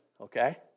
Okay